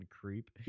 creep